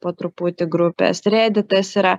po truputį grupės reditas yra